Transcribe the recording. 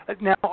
Now